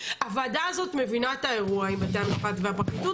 הוועדה הזאת מבינה את האירוע עם בתי המשפט והפרקליטות.